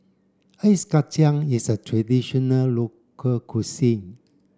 ice Kacang is a traditional local cuisine